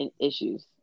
issues